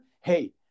Hey